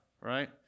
right